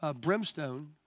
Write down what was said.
brimstone